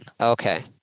Okay